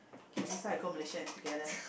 okay next time I go Malaysia and together